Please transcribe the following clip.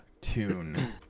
tune